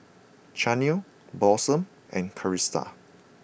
Chaney Blossom and Krista